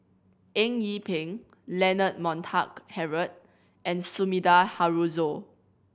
Eng Yee Peng Leonard Montague Harrod and Sumida Haruzo